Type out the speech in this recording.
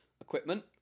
equipment